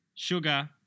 Sugar